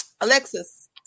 Alexis